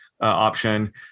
option